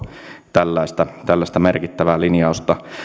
tällaista tällaista merkittävää linjausta